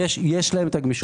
יש להם הגמישות.